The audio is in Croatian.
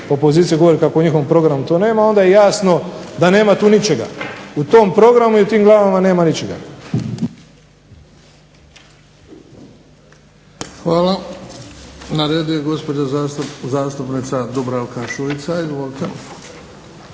poziciji kako u njihovom programu to nema onda je jasno da nema tu ničega. U tom programu i u tim glavama nema ničega. **Bebić, Luka (HDZ)** Hvala. Na redu je gospođa zastupnica Dubravka Šuica.